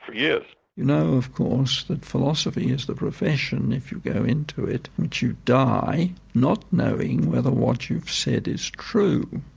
you know of course that philosophy is the profession if you go into it which you die not knowing whether what you've said is true.